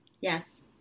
yes